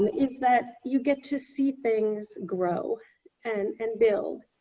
um is that you get to see things grow and and build.